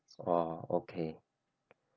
oh okay